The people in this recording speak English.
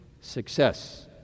success